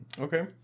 Okay